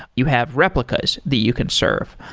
you have replicas the you can serve.